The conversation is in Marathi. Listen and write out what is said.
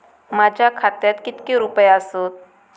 माझ्या खात्यात कितके रुपये आसत?